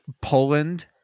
Poland